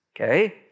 okay